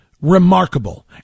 remarkable